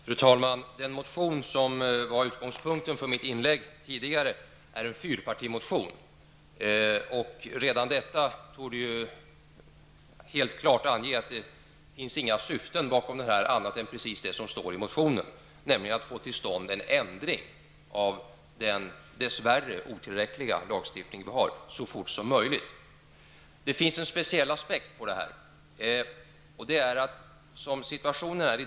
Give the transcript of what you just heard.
Fru talman! Den motion som var utgångspunkten för mitt tidigare inlägg är en fyrpartimotion. Redan detta torde klart ange att det inte finns några syften bakom den annat än det syfte som står i motionen, nämligen att så fort som möjligt få till stånd en ändring av den dess värre otillräckliga lagstiftningen. Det finns en speciell aspekt på detta.